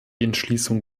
entschließung